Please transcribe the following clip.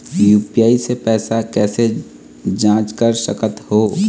UPI से पैसा कैसे जाँच कर सकत हो?